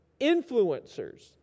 influencers